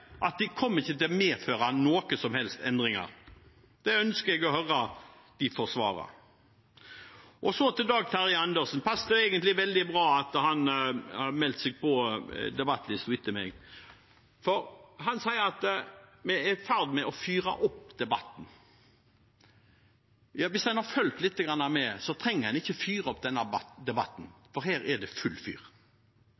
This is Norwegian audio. at det ikke kommer til å medføre noen som helst endringer. Det ønsker jeg å høre dem forsvare. Så til Dag Terje Andersen – det passet egentlig veldig bra at han har tegnet seg på talerlisten etter meg – for han sier at vi er i ferd med å fyre opp debatten. Hvis en har fulgt lite grann med, så trenger en ikke å fyre opp denne debatten,